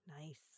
nice